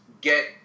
Get